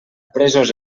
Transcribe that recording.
presos